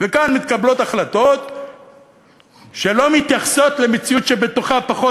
וכאן מתקבלות החלטות שלא מתייחסות למציאות שבתוכה פחות